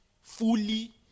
fully